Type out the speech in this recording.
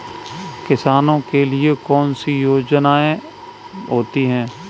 किसानों के लिए कौन कौन सी योजनायें होती हैं?